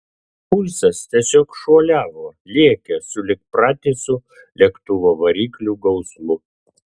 pulsas tiesiog šuoliavo lėkė sulig pratisu lėktuvo variklių gausmu